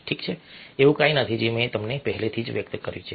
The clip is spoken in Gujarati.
ઠીક છે એવું કંઈ નથી જે મેં તમને પહેલેથી જ વ્યક્ત કર્યું છે